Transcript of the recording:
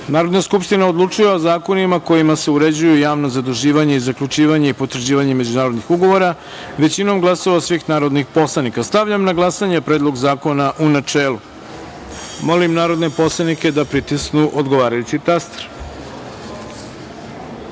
Narodna skupština odlučuje o zakonima kojima se uređuju javna zaduživanja i zaključivanje i potvrđivanje međunarodnih ugovora većinom glasova svih narodnih poslanika. Stavljam na glasanje Predlog zakona u načelu. Molim narodne poslanike da pritisnu odgovarajući